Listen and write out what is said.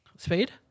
Speed